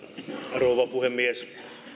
rouva puhemies